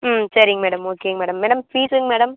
ம் சரிங்க மேடம் ஓகேங்க மேடம் மேடம் ஃபீஸ்ங்க மேடம்